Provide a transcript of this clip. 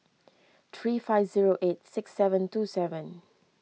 three five zero eight six seven two seven